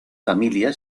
familia